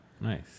Nice